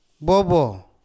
bobo